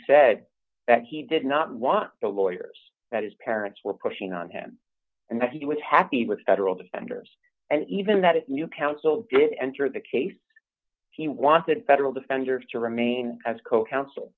said that he did not want that lawyers that his parents were pushing on him and that he was happy with federal defenders and even that new counsel did enter the case he wanted federal defender to remain as co coun